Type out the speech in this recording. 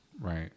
Right